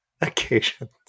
occasions